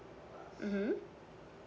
(uh huh)